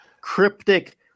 cryptic